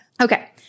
Okay